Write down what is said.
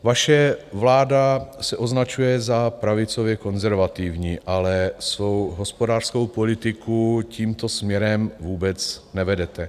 Vaše vláda se označuje za pravicově konzervativní, ale svou hospodářskou politiku tímto směrem vůbec nevedete.